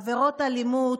עבירות אלימות,